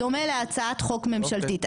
בדומה להצעת חוק ממשלתית.